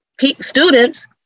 students